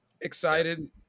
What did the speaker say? excited